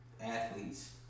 athletes